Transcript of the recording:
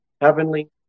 Heavenly